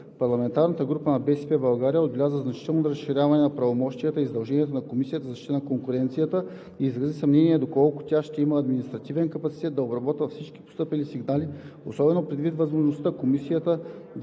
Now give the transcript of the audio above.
парламентарната група на „БСП за България“ отбелязаха значителното разширяване на правомощията и задълженията на Комисията за защита на конкуренцията и изразиха съмнение доколко тя ще има административния капацитет да обработва всички постъпили сигнали, особено предвид възможността Комисията да